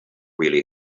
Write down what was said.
really